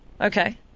okay